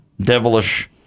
devilish